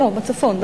לא, בצפון.